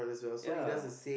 ya